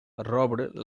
robbed